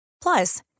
Plus